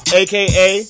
aka